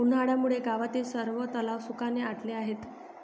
उन्हामुळे गावातील सर्व तलाव सुखाने आटले आहेत